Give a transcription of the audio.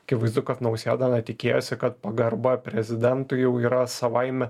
akivaizdu kad nausėda na tikėjosi kad pagarba prezidentui jau yra savaime